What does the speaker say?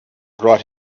brought